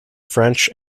french